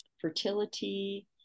fertility